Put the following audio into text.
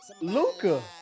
Luca